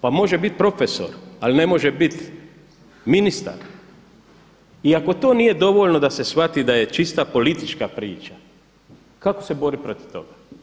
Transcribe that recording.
Pa može biti profesor ali ne može biti ministar i ako to nije dovoljno da se shvati da je čista politička priča, kako se boriti protiv toga.